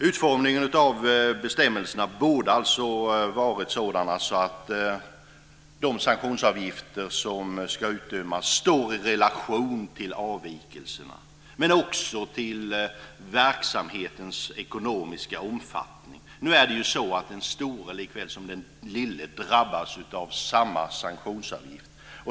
Bestämmelsernas utformning borde alltså ha varit sådan att de sanktionsavgifter som ska utdömas står i relation till avvikelserna och också till verksamhetens ekonomiska omfattning. Nu är det ju så att den store lika väl som den lille drabbas av samma sanktionsavgift.